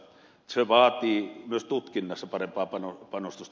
se vaatii myös tutkinnassa parempaa panostusta